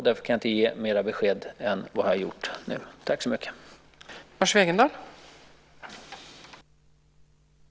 Därför kan jag inte ge fler besked än de jag nu gett.